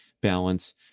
balance